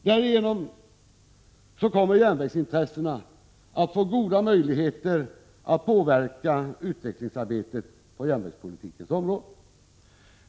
Därigenom kommer järnvägsintressenterna att få goda möjligheter att påverka utvecklingsarbetet på järnvägspolitikens område.